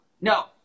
No